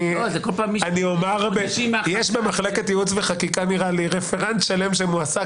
נראה לי שיש במחלקת ייעוץ וחקיקה רפרנט שלם שמועסק